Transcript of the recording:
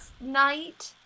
night